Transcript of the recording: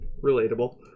Relatable